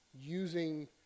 using